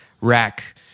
rack